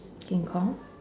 king kong